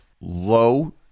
low